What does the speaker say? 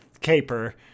caper